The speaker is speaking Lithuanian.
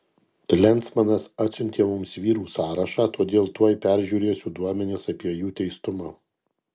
lensmanas atsiuntė mums vyrų sąrašą todėl tuoj peržiūrėsiu duomenis apie jų teistumą